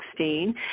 2016